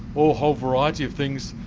whole whole variety of things,